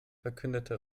verkündete